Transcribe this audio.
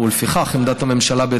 ולפיכך עמדת הממשלה,